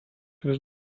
vis